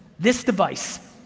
this device,